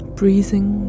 breathing